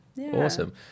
Awesome